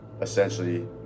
essentially